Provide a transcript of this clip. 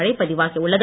மழை பதிவாகியுள்ளது